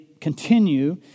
continue